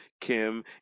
Kim